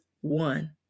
one